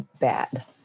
bad